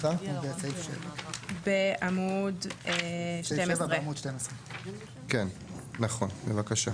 7. (א)